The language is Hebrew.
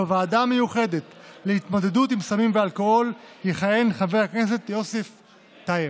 בוועדה המיוחדת להתמודדות עם סמים ואלכוהול יכהן חבר הכנסת יוסף טייב.